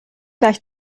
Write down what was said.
gleich